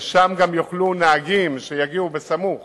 ושם יוכלו נהגים שיגיעו סמוך